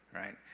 right?